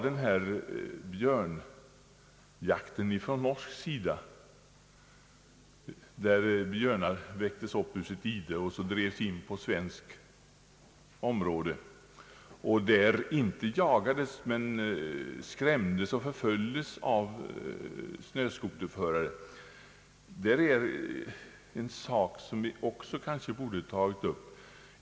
Det hände på norskt område att björnar väcktes upp ur sitt ide och drevs över på den svenska sidan av gränsen, där de sedan inte jagades men skrämdes och förföljdes av snöscooterförare. Det där är något som vi också borde ta upp.